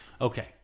Okay